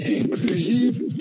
inclusive